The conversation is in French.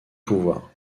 pouvoir